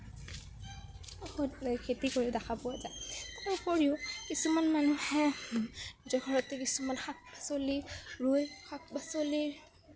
খেতি কৰে দেখা পোৱা যায় তাৰ ওপৰিও কিছুমান মানুহে নিজৰ ঘৰতে কিছুমান শাক পাচলি ৰুই শাক পাচলিৰ